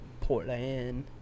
Portland